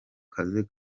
kazi